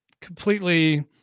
completely